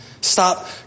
Stop